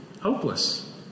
hopeless